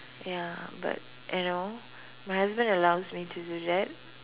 ya but I know my husband allows me to do that